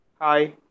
Hi